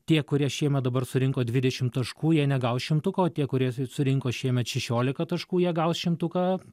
tie kurie šiemet dabar surinko dvidešim taškų jei negaus šimtuko o tie kurie surinko šiemet šešiolika taškų jie gaus šimtuką